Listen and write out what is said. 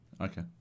Okay